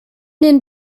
den